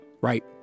right